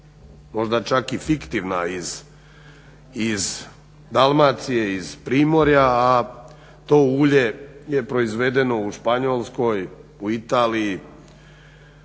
možda čak i fiktivna iz Dalmacije, iz Primorja a to ulje je proizvedeno u Španjolskoj, u Italiji,